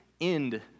end